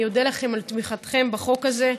אני אודה לכם על תמיכתכם בחוק הזה.